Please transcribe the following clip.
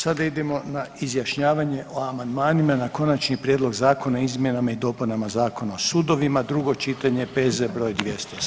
Sada idemo na izjašnjavanje o amandmanima na Konačni prijedlog zakona o izmjenama i dopunama Zakona o sudovima, drugo čitanje, P.Z. br. 207.